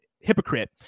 hypocrite